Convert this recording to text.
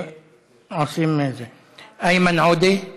איימן עודה,